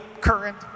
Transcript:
current